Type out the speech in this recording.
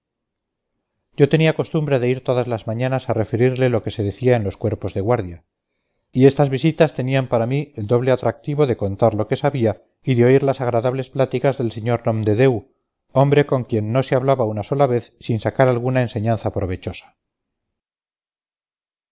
yo tenía costumbre de ir todas las mañanas a referirle lo que se decía en los cuerpos de guardia y estas visitas tenían para mí el doble atractivo de contar lo que sabía y de oír las agradables pláticas del sr nomdedeu hombre con quien no se hablaba una sola vez sin sacar alguna enseñanza provechosa